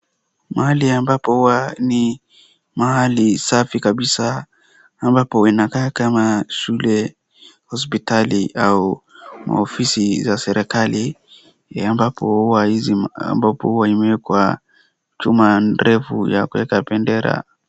Mahali ambapo huwa ni mahali safi kabisaa ambapo inakaa kama shule, hospitali au maofisi za serikali ambapo huwa imewekwa chuma refu ya kuweka bendera.